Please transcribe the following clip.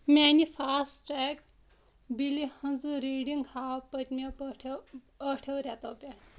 میانہِ fast tag بِلہِ ہٕنٛز ریٖڈنگ ہاو پٔتمہِ پٮ۪ٹھٕ أٹھو رٮ۪تو پٮ۪ٹھ